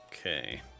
Okay